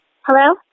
Hello